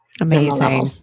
Amazing